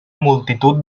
multitud